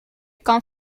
kan